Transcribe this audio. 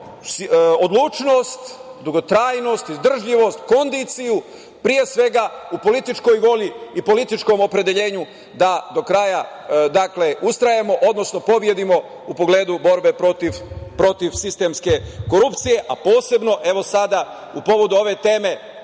odlučnost, dugotrajnost, izdržljivost, kondiciju u političkoj volji i političkom opredeljenju da do kraja ustrajemo, odnosno pobedimo u pogledu borbe protiv sistemske korupcije, a posebno u pogledu ove teme